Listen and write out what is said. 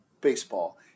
baseball